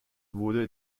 wurde